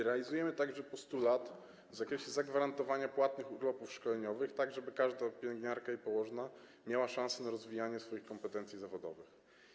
Realizujemy także postulat w zakresie zagwarantowania płatnych urlopów szkoleniowych, tak żeby każda pielęgniarka i położna miała szansę na rozwijanie swoich kompetencji zawodowych.